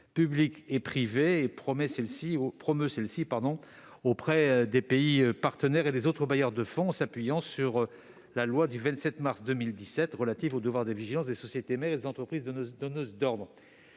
publics et privés, qu'elle promeut auprès des pays partenaires et des autres bailleurs de fonds en s'appuyant sur la loi du 27 mars 2017 relative au devoir de vigilance des sociétés mères et des entreprises donneuses d'ordre.